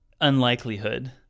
unlikelihood